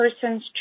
Persons